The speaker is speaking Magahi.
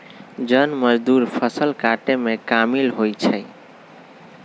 जन मजदुर फ़सल काटेमें कामिल होइ छइ